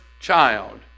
child